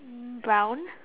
mm brown